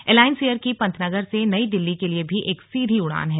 एलाइंस Air की पंतनगर से नई दिल्ली के लिए भी एक सीधी उड़ान है